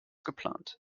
geplant